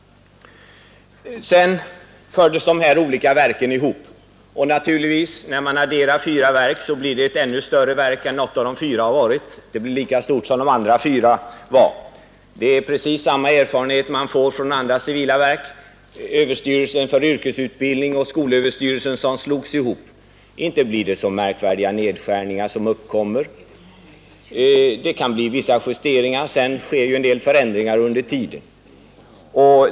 Sedan fördes dessa olika verk ihop, och när man adderar fyra verk blir det nya verket naturligtvis ännu större än vad något av de fyra har varit; det blir lika stort som de andra fyra var tillsammans. Det är precis samma erfarenhet som man får från andra civila verk, exempelvis överstyrelsen för yrkesutbildning och skolöverstyrelsen som slogs ihop. Inte blir det så märkvärdiga nedskärningar som uppkommer. Det kan bli vissa justeringar, och sedan sker en del förändringar under tiden.